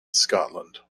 scotland